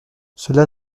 cela